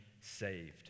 saved